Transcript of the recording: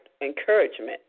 encouragement